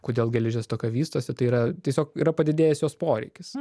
kodėl geležies stoka vystosi tai yra tiesiog yra padidėjęs jos poreikis